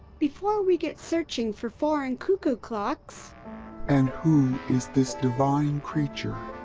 before we get searching for foreign cuckoo clocks and who is this divine creature?